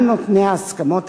גם נותני ההסכמות,